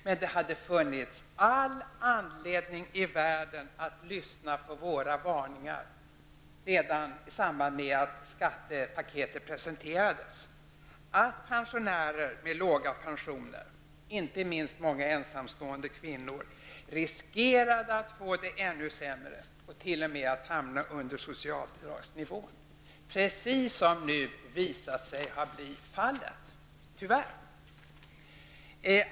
Men det hade funnits all anledning i världen att lyssna på våra varningar, som uttalades redan i samband med att skattepaketet presenterades, att pensionärer med låga pensioner, inte minst många ensamstående kvinnor, riskerade att få det ännu sämre och t.o.m. att hamna under socialbidragsnivån, precis som nu visat sig bli fallet -- tyvärr.